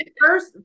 First